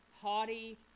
haughty